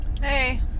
Hey